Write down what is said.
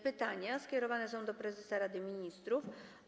Pytanie skierowane jest do prezesa Rady Ministrów.